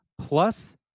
plus